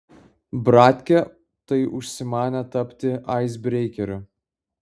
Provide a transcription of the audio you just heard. bratkė tai užsimanė tapti aisbreikeriu